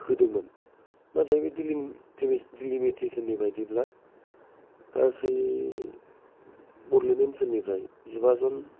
होदोंमोन नाथाय बि दिलिमिटेसन नि बादिब्ला गासै बड'लेण्ड ओनसोलनिफ्राय जिबा जन